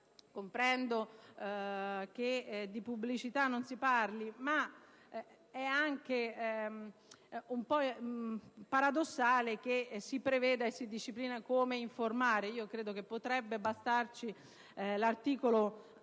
Comprendo che di pubblicità non si parli, ma è anche un po' paradossale che si preveda e si disciplini come informare. Potrebbe bastare l'articolo